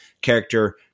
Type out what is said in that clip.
character